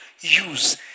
use